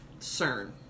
CERN